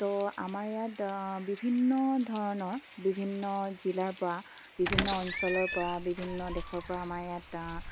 তো আমাৰ ইয়াত বিভিন্ন ধৰণৰ বিভিন্ন জিলাৰপৰা বিভিন্ন অঞ্চলৰপৰা বিভিন্ন দেশৰপৰা আমাৰ ইয়াত